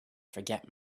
forget